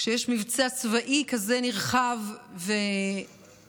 כשיש מבצע צבאי כזה נרחב ומורכב,